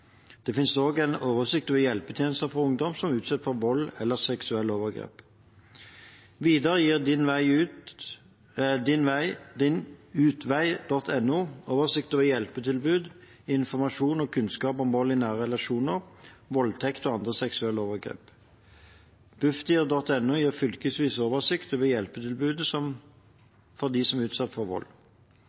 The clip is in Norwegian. Det finnes også en oversikt over hjelpetjenester for ungdom som er utsatt for vold eller seksuelle overgrep. Videre gir dinutvei.no oversikt over hjelpetilbud, informasjon og kunnskap om vold i nære relasjoner, voldtekt og andre seksuelle overgrep. Bufdir.no gir fylkesvis oversikt over hjelpetilbudene for dem som er utsatt for vold.